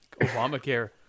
Obamacare